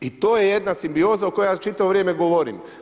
I to je jedna simbioza o kojoj ja čitavo vrijeme govorim.